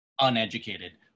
uneducated